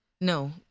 No